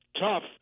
tough